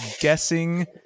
guessing